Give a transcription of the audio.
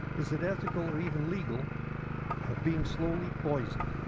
is it ethical or even legal ah being slowly poisoned?